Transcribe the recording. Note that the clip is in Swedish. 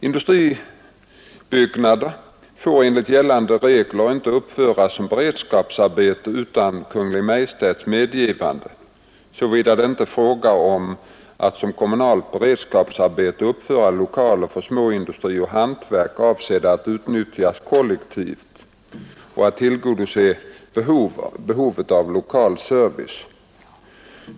Industribyggnader får enligt gällande regler inte uppföras som beredskapsarbeten utan Kungl. Maj:ts medgivande, såvida det inte är fråga om att som kommunalt beredskapsarbete uppföra lokaler för småindustri och hantverk avsedda att utnyttjas kollektivt och att tillgodose behovet av lokal service.